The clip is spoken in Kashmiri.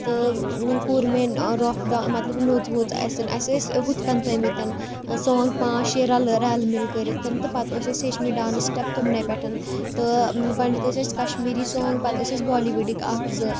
تہٕ کوٛر مےٚ روف ڈا مطلب نوٚژ ووٚژ اَسہِ اَسہِ ٲسۍ ہُتھ کَنۍ تھٔمٕتۍ سانگ پانژھ شیٚے رَلہٕ رَلہٕ مِلہِ کٔرِتھ تہٕ پَتہٕ ٲسۍ اَسہِ ہیچھمٕتۍ ڈانٕس سِٹٮ۪پ تُمنی پٮ۪ٹھ تہٕ گۄڈٕنٮ۪تھ ٲسۍ اَسہِ کَشمیٖری سانگ پَتہٕ ٲسۍ اَسہِ بالی وُڑٕکۍ اَکھ زٕ